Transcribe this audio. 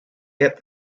get